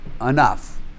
enough